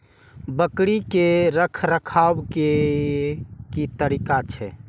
बकरी के रखरखाव के कि तरीका छै?